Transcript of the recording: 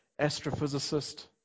astrophysicist